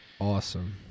Awesome